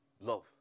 Love